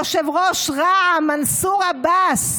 יושב-ראש רע"מ מנסור עבאס,